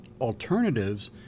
alternatives